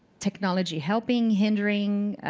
technology helping, hindering,